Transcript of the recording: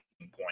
point